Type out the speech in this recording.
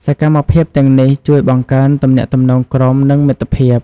សកម្មភាពទាំងនេះជួយបង្កើនទំនាក់ទំនងក្រុម និងមិត្តភាព។